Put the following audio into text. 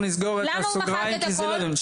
אנחנו נסגור את הסוגריים כי זה לא הדיון.